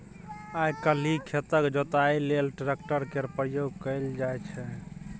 आइ काल्हि खेतक जोतइया लेल ट्रैक्टर केर प्रयोग कएल जाइ छै